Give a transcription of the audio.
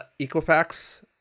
Equifax